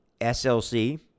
slc